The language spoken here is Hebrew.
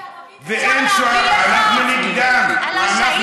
יודע כמה שירים בערבית אפשר להביא לך,